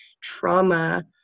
trauma